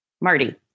Marty